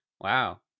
Wow